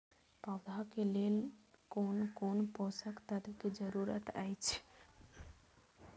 पौधा के लेल कोन कोन पोषक तत्व के जरूरत अइछ?